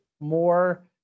more